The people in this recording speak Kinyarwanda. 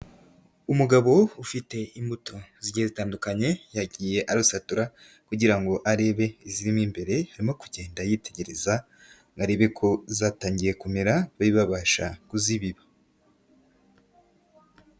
Umugabo ufite imbuto zigiye zitandukanye yagiye arusatura kugira ngo arebe iziri mo imbere, arimo kugenda yitegereza ngo arebe ko zatangiye kumera babe babasha kuzibiba.